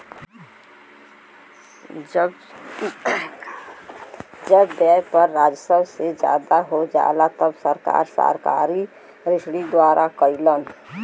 जब व्यय कर राजस्व से ज्यादा हो जाला तब सरकार सरकारी ऋण जमा करलीन